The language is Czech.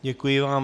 Děkuji vám.